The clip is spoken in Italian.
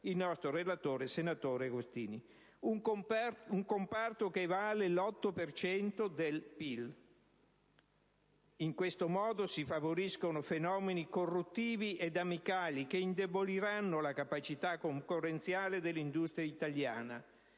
ha ricordato il senatore Agostini. Un comparto che vale l'8 per cento del PIL. In questo modo si favoriscono fenomeni corruttivi e amicali, che indeboliranno la capacità concorrenziale dell'industria italiana.